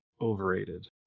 overrated